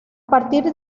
partir